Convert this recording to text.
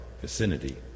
vicinity